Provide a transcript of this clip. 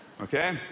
Okay